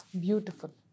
Beautiful